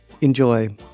enjoy